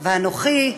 ואנוכי,